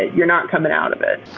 you're not coming out of it.